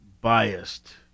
biased